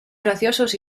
graciosos